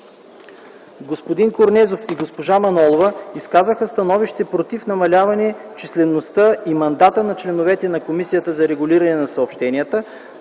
Г-н Корнезов и госпожа Манолова изказаха становище против намаляване числеността и мандата на членовете на Комисията за регулиране на съобщенията,